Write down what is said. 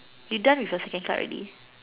you done with your second card already